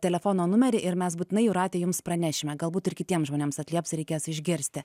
telefono numerį ir mes būtinai jūrate jums pranešime galbūt ir kitiems žmonėms atlieps reikės išgirsti